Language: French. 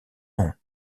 nom